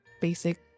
basic